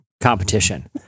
competition